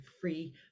free